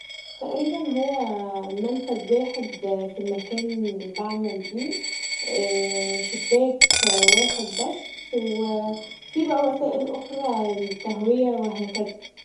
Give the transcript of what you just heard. تقريبا هو منفذ واحد في المكان اللي بعمل بيه شباك واحد بس وفيه بقي وسائل اخري للتهويه و هكذا.